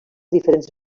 diferents